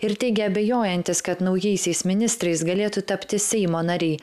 ir teigė abejojantis kad naujaisiais ministrais galėtų tapti seimo nariai